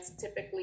Typically